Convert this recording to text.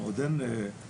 אנחנו עוד לא סגורים.